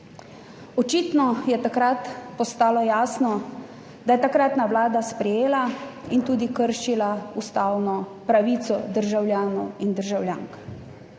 Očitno je takrat postalo jasno, da je takratna vlada sprejela in tudi kršila ustavno pravico državljanov in državljank.